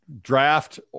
Draft